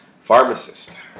pharmacist